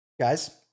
Guys